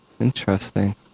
Interesting